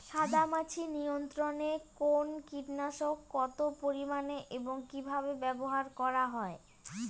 সাদামাছি নিয়ন্ত্রণে কোন কীটনাশক কত পরিমাণে এবং কীভাবে ব্যবহার করা হয়?